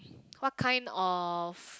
what kind of